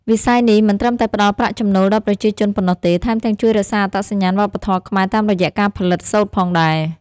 វិស័យនេះមិនត្រឹមតែផ្តល់ប្រាក់ចំណូលដល់ប្រជាជនប៉ុណ្ណោះទេ ថែមទាំងជួយរក្សាអត្តសញ្ញាណវប្បធម៌ខ្មែរតាមរយៈការផលិតសូត្រផងដែរ។